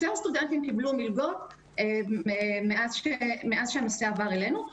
יותר סטודנטים קיבלו מלגות מאז שהנושא עבר אלינו.